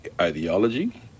ideology